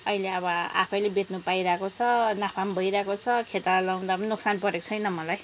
अहिले अब आफैले बेच्नु पाइरहेको छ नाफा पनि भइरहेको छ खेताला लाउँदा पनि नोक्सान परेको छैन मलाई